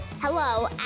hello